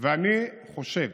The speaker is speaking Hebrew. ואני חושב